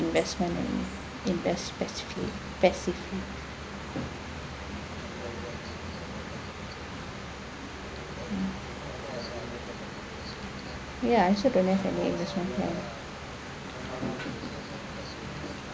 investment and invest best p best C_P mm ya I should for this one plan